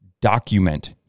Document